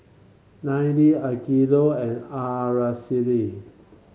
Ninnie Angelo and Araceli